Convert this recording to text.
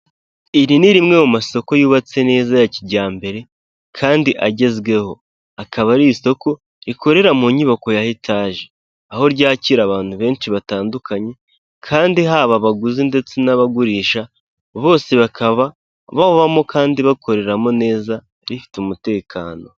Iri ni rimwe mu masoko yubatse neza ya kijyambere kandi agezweho ,akaba ari isoko rikorera mu nyubako ya etage, aho ryakira abantu benshi batandukanye kandi haba abaguzi ndetse n'abagurisha bose bakaba babamo, kandi bakoreramo neza rifite umutekano.